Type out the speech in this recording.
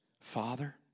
Father